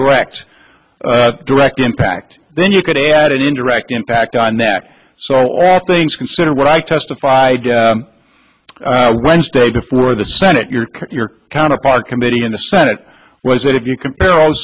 direct direct impact then you could add an indirect impact on that so all things considered what i testified wednesday before the senate your counterpart committee in the senate was that if you compare all